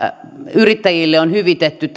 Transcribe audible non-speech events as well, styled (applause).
yrittäjille on hyvitetty (unintelligible)